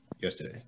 yesterday